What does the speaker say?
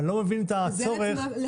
אבל אני לא מבין את הצורך --- שזה